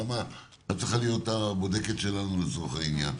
נעמה, את צריכה להיות הבודקת שלנו לצורך העניין.